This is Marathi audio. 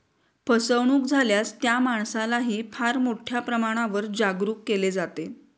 फसवणूक झाल्यास त्या माणसालाही फार मोठ्या प्रमाणावर जागरूक केले जाते